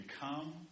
come